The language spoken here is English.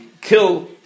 kill